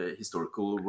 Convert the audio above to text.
historical